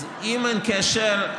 אז אם אין קשר,